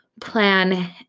plan